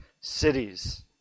cities